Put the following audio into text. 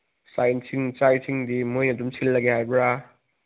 ꯆꯥꯛ ꯏꯁꯤꯡꯗꯤ ꯃꯣꯏꯅ ꯑꯗꯨꯝ ꯁꯤꯜꯂꯒꯦ ꯍꯥꯏꯕ꯭ꯔꯥ